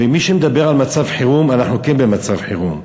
ומי שמדבר על מצב חירום, אנחנו כן במצב חירום,